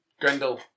Grendel